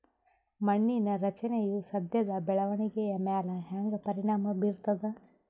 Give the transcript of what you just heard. ಮಣ್ಣಿನ ರಚನೆಯು ಸಸ್ಯದ ಬೆಳವಣಿಗೆಯ ಮ್ಯಾಲ ಹ್ಯಾಂಗ ಪರಿಣಾಮ ಬೀರ್ತದ?